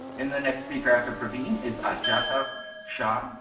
and the next speaker after praveen is ajaita shah.